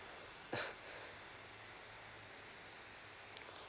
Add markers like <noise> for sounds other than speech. <noise>